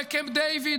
בקמפ-דייוויד,